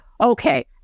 okay